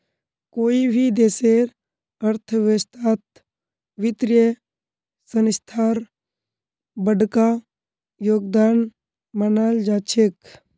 कोई भी देशेर अर्थव्यवस्थात वित्तीय संस्थार बडका योगदान मानाल जा छेक